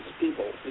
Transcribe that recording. people